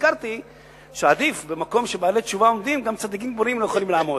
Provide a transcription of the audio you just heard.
נזכרתי שבמקום שבעלי תשובה עומדים גם צדיקים גמורים לא יכולים לעמוד,